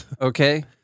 Okay